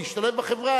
להשתלב בחברה,